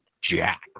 Jack